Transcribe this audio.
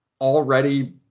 already